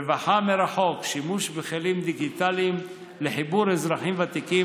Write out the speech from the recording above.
רווחה מרחוק: שימוש בכלים דיגיטליים לחיבור אזרחים ותיקים